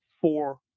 four